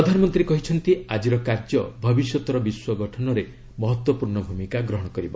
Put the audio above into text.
ପ୍ରଧାନମନ୍ତ୍ରୀ କହିଛନ୍ତି ଆମର ଆଜିର କାର୍ଯ୍ୟ ଭବିଷ୍ୟତର ବିଶ୍ୱ ଗଠନରେ ମହତ୍ୱପୂର୍ଣ୍ଣ ଭୂମିକା ଗ୍ରହଣ କରିବ